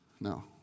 No